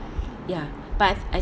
ya but I've